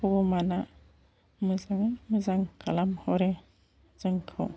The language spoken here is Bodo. भग'बाना मोजाङै मोजां खालाम हरो जोंखौ